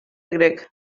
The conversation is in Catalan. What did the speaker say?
grec